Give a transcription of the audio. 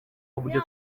uburyo